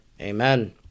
Amen